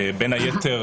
בין היתר